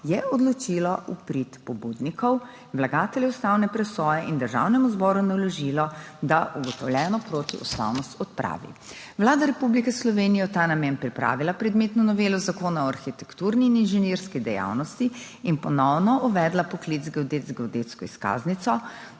je odločilo v prid pobudnikov, vlagateljev ustavne presoje. Državnemu zboru je naložilo, da ugotovljeno protiustavnost odpravi. Vlada Republike Slovenije je v ta namen pripravila predmetno novelo Zakona o arhitekturni in inženirski dejavnosti in ponovno uvedla poklic z geodetsko izkaznico,